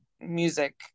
music